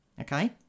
Okay